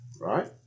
Right